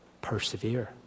persevere